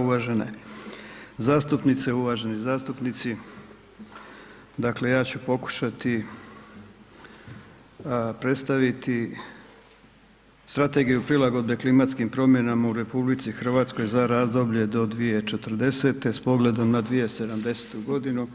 Uvažene zastupnice, uvaženi zastupnici dakle ja ću pokušati predstaviti Strategiju prilagodbe klimatskim promjenama u RH za razdoblje do 2040. s pogledom na 2070. godinu